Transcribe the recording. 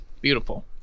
beautiful